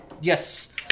yes